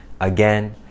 again